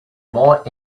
more